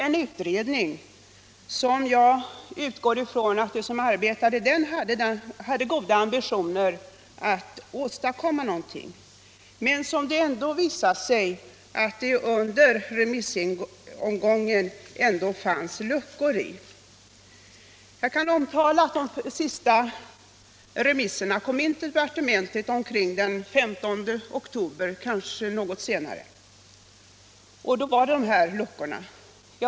En utredning, vars ledamöter jag utgår ifrån hade goda ambitioner att åstadkomma någonting, men som under remissomgången visade sig ha luckor. Jag kan omtala att de sista remissyttrandena kom in till departementet omkring den 15 oktober eller kanske något senare. Då upptäcktes de här luckorna.